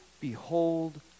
behold